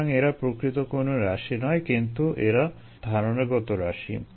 সুতরাং এরা প্রকৃত কোনো রাশি নয় কিন্তু এরা ধারণাগত রাশি